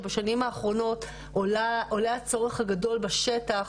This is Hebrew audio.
שבשנים האחרונות עולה הצורך הגדול בשטח,